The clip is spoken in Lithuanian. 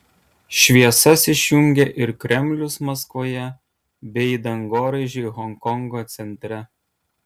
šviesas išjungė ir kremlius maskvoje bei dangoraižiai honkongo centre